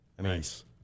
Nice